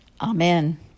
Amen